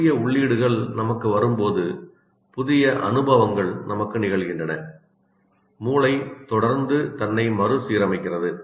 புதிய உள்ளீடுகள் நமக்கு வரும்போது புதிய அனுபவங்கள் நமக்கு நிகழ்கின்றன மூளை தொடர்ந்து தன்னை மறுசீரமைக்கிறது